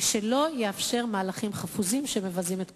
ולא יאפשר מהלכים חפוזים שמבזים את כולנו.